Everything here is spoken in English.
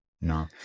No